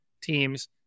teams